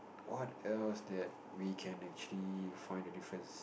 what else that we can actually find a difference